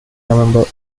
november